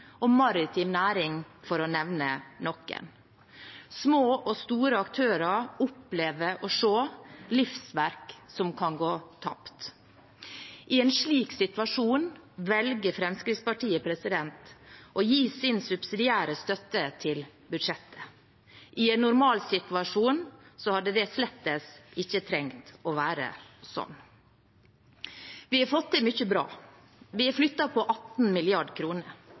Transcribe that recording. og maritim næring, for å nevne noen. Små og store aktører opplever å se livsverk som kan gå tapt. I en slik situasjon velger Fremskrittspartiet å gi sin subsidiære støtte til budsjettet. I en normalsituasjon hadde det slett ikke trengt å være slik. Vi har fått til mye bra. Vi har flyttet på 18